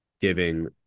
giving